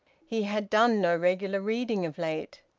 he had done no regular reading of late.